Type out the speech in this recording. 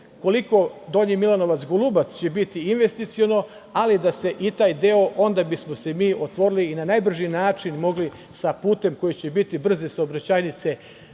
koliko Donji Milanovac – Golubac će biti investiciono, ali da se i taj deo… onda bismo se mi otvorili i na najbrži način mogli sa putem koji će biti brze saobraćajnice,